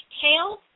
tail